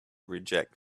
reject